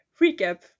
recap